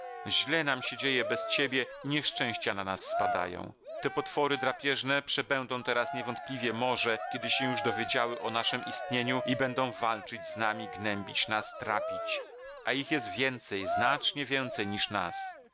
źle nam się dzieje bez ciebie i nieszczęścia na nas spadają te potwory drapieżne przebędą teraz niewątpliwie morze kiedy się już dowiedziały o naszem istnieniu i będą walczyć z nami gnębić nas trapić a ich jest więcej znacznie więcej niż nas